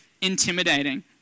intimidating